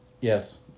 Yes